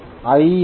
I என்ன